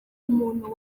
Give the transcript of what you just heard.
umuntu